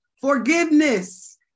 forgiveness